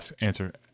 answer